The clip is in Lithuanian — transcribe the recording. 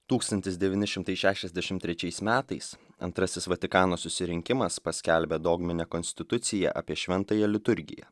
tūkstantis devyni šimtai šešiasdešimt trečiais metais antrasis vatikano susirinkimas paskelbė dogminę konstitucija apie šventąją liturgiją